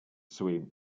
своим